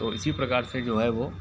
तो इसी प्रकार से जो है वह